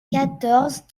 quatorze